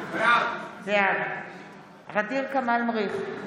בעד ע'דיר כמאל מריח,